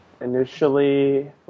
Initially